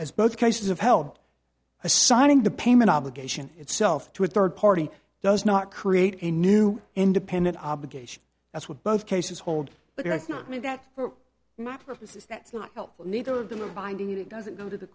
as both cases of help assigning the payment obligation itself to a third party does not create a new independent obligation that's what both cases hold because not me that map of this is that's not helpful neither of them are finding it it doesn't go to the